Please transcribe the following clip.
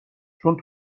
چون